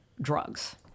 drugs